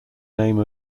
name